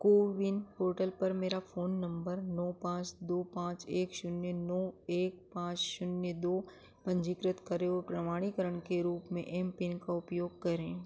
CoWIN portal पर मेरा phone number नौ पाँच दो पाँच एक शून्य नौ एक पाँच शून्य दो पंजीकृत करे वह प्रमाणीकरण के रूप में एम पिन का उपयोग करें